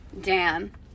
Dan